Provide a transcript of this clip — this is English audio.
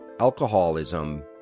Alcoholism